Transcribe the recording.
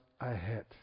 ahead